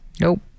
Nope